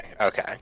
Okay